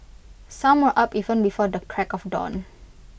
some were up even before the crack of dawn